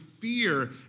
Fear